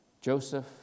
Joseph